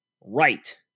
right